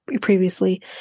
previously